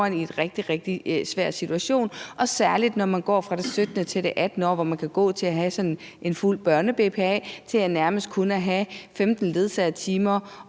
rigtig svær situation, særlig når man går fra det 17. til det 18. år, hvor man kan gå fra at have sådan en fuld børne-BPA til nærmest kun at have 15 ledsagetimer